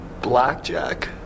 Blackjack